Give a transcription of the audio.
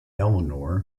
eleanor